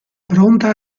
pronta